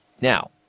Now